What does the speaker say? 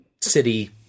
city